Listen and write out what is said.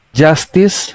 justice